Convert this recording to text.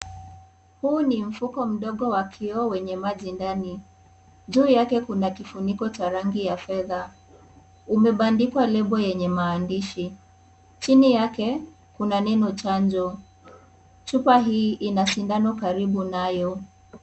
Huu ni mfuko mdogo wa kioo wenye maji ndani. Juu yake, kuna kifuniko cha rangi ya fedha. Umebandikwa lebo yenye maandishi. Chini yake, kuna neno chanjo. Chupa hii ina sindano karibu nayo.